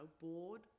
bored